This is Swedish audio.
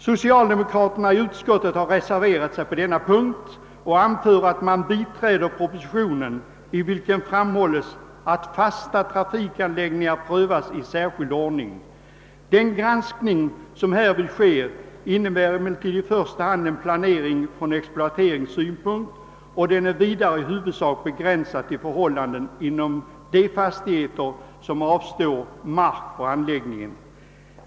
Socialdemokraterna i utskottet har reserverat sig på denna punkt och biträder propositionen, i vilken framhålls att fasta trafikanläggningar prövas i särskild ordning. Den granskning som härvid görs innebär dock i första hand en planering från exploateringssynpunkt, och den är vidare i huvudsak begränsad till förhållanden inom de fastigheter som avstår mark för anlägg ningen.